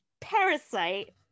Parasite